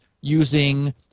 using